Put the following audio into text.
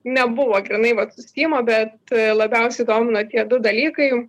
nebuvo grynai vat su stimu bet labiausiai domina tie du dalykai